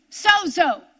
sozo